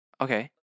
Okay